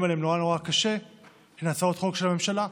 עליהן נורא נורא קשה הן הצעות חוק של הממשלה.